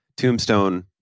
tombstone